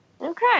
Okay